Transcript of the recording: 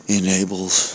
enables